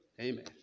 Amen